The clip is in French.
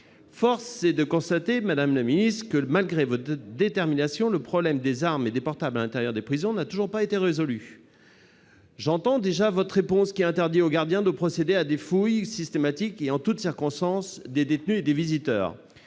Force est de constater, madame la garde des sceaux, que, malgré votre détermination, le problème des armes et des portables à l'intérieur des prisons n'a toujours pas été résolu. J'entends déjà votre réponse : il est interdit aux gardiens de procéder à des fouilles systématiques et en toute circonstance des détenus et des visiteurs.